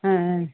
ए